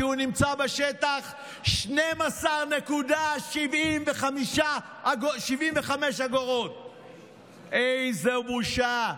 כי הוא נמצא בשטח, 12.75. איזו בושה.